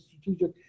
strategic